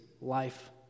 life